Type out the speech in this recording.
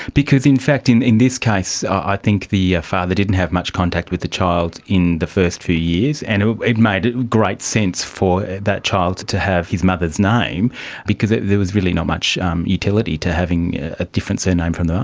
because in fact in in this case i think the father didn't have much contact with the child in the first few years, and it made great sense for that child to have his mother's name because there was really not much um utility to having a different surname from